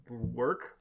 work